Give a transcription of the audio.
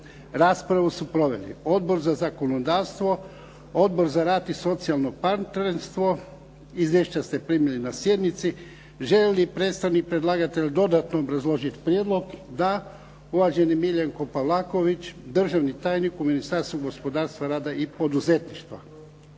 Raspravu su proveli Odbor za zakonodavstvo, Odbor za rad i socijalno partnerstvo. Izvješća ste primili na sjednici. Želi li predstavnik predlagatelja dodatno obrazložiti prijedlog? Da. Uvaženi Miljenko Pavlaković, državni tajnik u Ministarstvu gospodarstva, rada i poduzetništva.